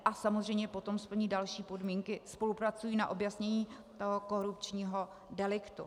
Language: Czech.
A samozřejmě potom splní další podmínky, spolupracují na objasnění toho korupčního deliktu.